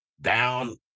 down